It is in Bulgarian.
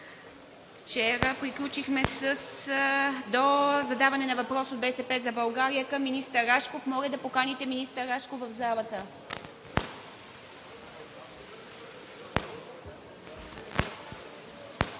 Вчера приключихме до задаването на въпрос от „БСП за България“ към министър Рашков. Моля да поканите министър Рашков в залата.